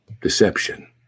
Deception